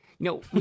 No